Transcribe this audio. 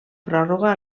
pròrroga